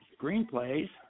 screenplays